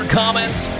comments